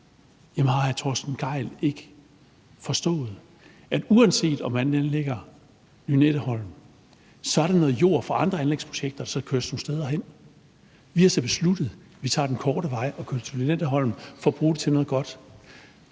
Jamen har hr. Torsten Gejl ikke forstået, at uanset om man anlægger Lynetteholm eller ej, er der noget jord fra andre anlægsprojekter, som skal køres steder hen, men vi har så besluttet, at vi tager den korte vej og kører det til Lynetteholm for at bruge det til noget godt.